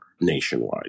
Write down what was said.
nationwide